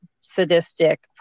sadistic